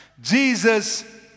Jesus